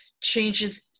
changes